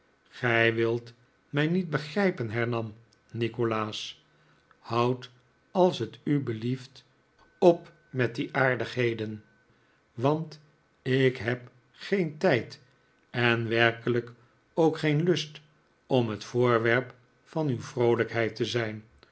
gij wilt mij niet begrijpen hernam nikolaas houd als t u belieft op met die aardigheden want ik heb geen tijd en werkelijk ook geen lust om het voorwerp van uw vroolijkheid te zijn